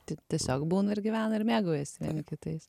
tai tiesiog būna ir gyvena ir mėgaujasi vieni kitais